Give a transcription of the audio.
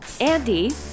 Andy